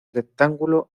rectángulo